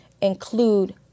include